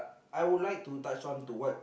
I would like to touch on to what